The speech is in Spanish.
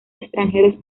extranjeros